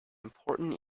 important